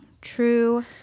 True